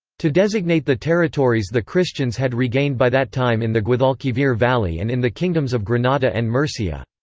to designate the territories the christians had regained by that time in the guadalquivir valley and in the kingdoms of granada and murcia.